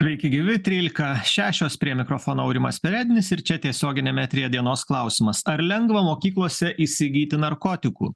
sveiki gyvi trylika šešios prie mikrofono aurimas perednis ir čia tiesioginiame eteryje dienos klausimas ar lengva mokyklose įsigyti narkotikų